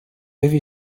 movie